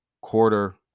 quarter